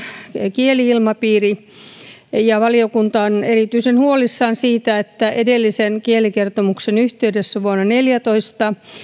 kieli ilmapiiri valiokunta on erityisen huolissaan siitä että edellisen kielikertomuksen yhteydessä vuonna neljätoista